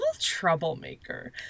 troublemaker